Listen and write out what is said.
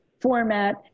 format